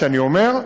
ואני אומר,